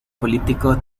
político